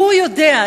"הוא יודע".